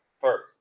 first